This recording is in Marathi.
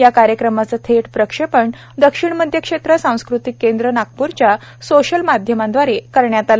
या कार्यक्रमाच थेट प्रक्षेपण दक्षिण मध्य क्षेत्र सांस्कृतिक केंद्र नागप्र च्या सोशल माध्यमांदवारे करण्यात आलं